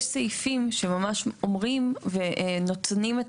יש סעיפים שממש אומרים ונותנים את